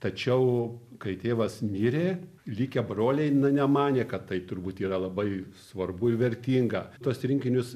tačiau kai tėvas mirė likę broliai nu nemanė kad tai turbūt yra labai svarbu ir vertinga tuos rinkinius